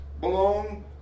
belong